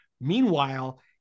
meanwhile